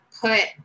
put